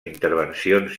intervencions